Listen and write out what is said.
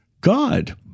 God